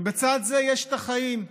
ובצד זה יש את החיים,